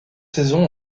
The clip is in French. saisons